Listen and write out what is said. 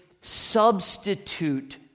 substitute